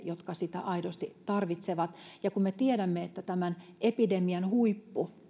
jotka sitä aidosti tarvitsevat kun me tiedämme että tämän epidemian huippu